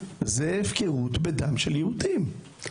זה הפקרות בדם של יהודים,